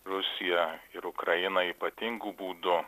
rusiją ir ukrainą ypatingu būdu